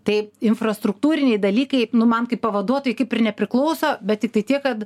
tai infrastruktūriniai dalykai nu man kaip pavaduotojai kaip ir nepriklauso bet tiktai tiek kad